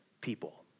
people